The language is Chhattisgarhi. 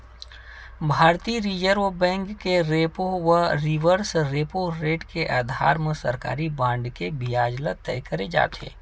भारतीय रिर्जव बेंक के रेपो व रिवर्स रेपो रेट के अधार म सरकारी बांड के बियाज ल तय करे जाथे